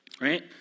right